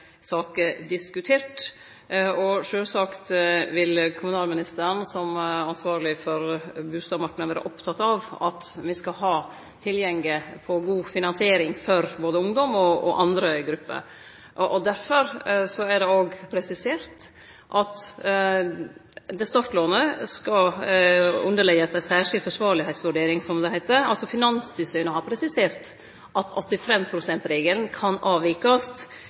saker diskuterte, og sjølvsagt vil kommunalministeren, som ansvarleg for bustadmarknaden, vere oppteken av at me skal ha tilgjenge til god finansiering for både ungdom og andre grupper. Derfor er det òg presisert at startlånet skal underleggjast ei «særskilt forsvarlighetsvurdering», som det heiter. Finanstilsynet har altså presisert at 85 pst.-regelen kan avvikast